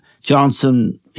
Johnson